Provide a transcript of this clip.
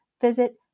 visit